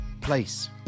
place